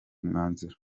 mwanzuro